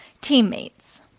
Teammates